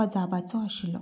अजापाचो आशिल्लो